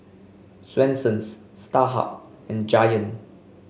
Swensens Starhub and Giant